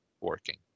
working